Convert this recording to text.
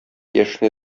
яшенә